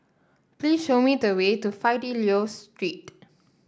please show me the way to Fidelio Street